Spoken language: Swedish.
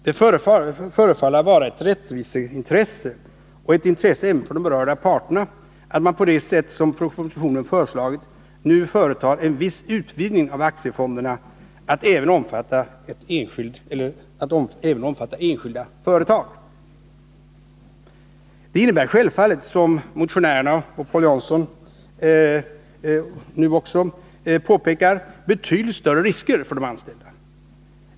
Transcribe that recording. Det förefaller vara ett rättviseintresse och ett intresse även för de berörda parterna att man på det sätt som propositionen föreslagit nu företar en viss utvidgning av aktiefonderna till att även omfatta enskilda företag. Det innebär självfallet, som motionärerna påpekar, betydligt större risker för de anställda.